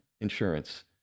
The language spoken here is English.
insurance